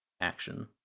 action